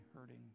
hurting